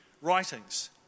writings